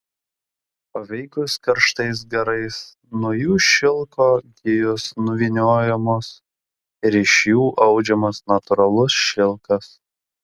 paveikus karštais garais nuo jų šilko gijos nuvyniojamos ir iš jų audžiamas natūralus šilkas